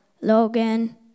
Logan